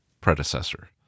predecessor